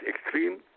extreme